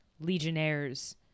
Legionnaires